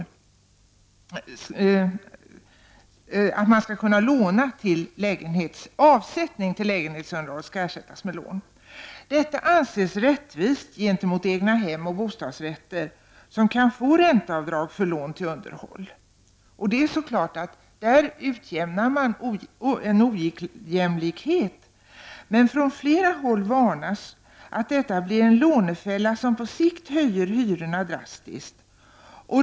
Detta anses rättvist i förhållande till egnahem och bostadsrätter, som kan få ränteavdrag för lån till underhåll. Här utjämnar man visserligen en ojämlikhet, men från flera håll varnas för att detta kan bli en lånefälla, som på sikt höjer hyrorna drastiskt.